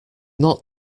not